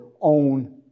own